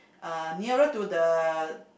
uh nearer to the